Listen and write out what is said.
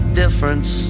difference